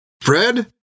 Fred